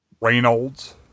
Reynolds